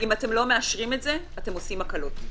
אם אתם לא מאשרים את זה, אתם עושים הקלות.